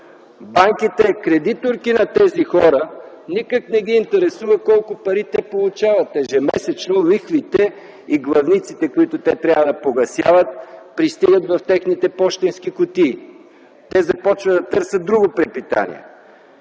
банките – кредиторки на тези хора никак не ги интересува колко пари те получават. Ежемесечно лихвите и главниците, които те трябва да погасяват, пристигат в техните пощенски кутии. Те започват да търсят друго препитание.